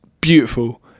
beautiful